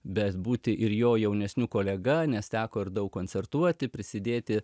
bet būti ir jo jaunesniu kolega nes teko ir daug koncertuoti prisidėti